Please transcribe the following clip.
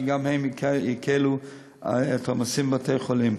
שגם הן יקלו את העומסים בבתי-החולים.